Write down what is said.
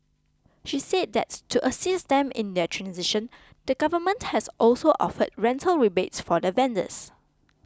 she said that to assist them in their transition the government has also offered rental rebates for the vendors